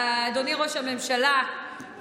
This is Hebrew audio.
אדוני ראש הממשלה,